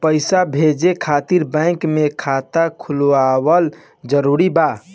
पईसा भेजे खातिर बैंक मे खाता खुलवाअल जरूरी बा?